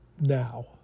now